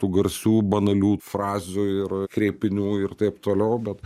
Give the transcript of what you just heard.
tų garsių banalių frazių ir kreipinių ir taip toliau bet